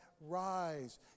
rise